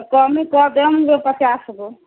कमी करि देब पचासगो